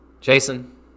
Jason